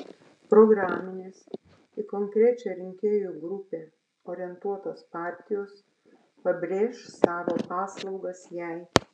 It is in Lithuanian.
programinės į konkrečią rinkėjų grupę orientuotos partijos pabrėš savo paslaugas jai